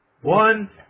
one